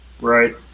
Right